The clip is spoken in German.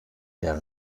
der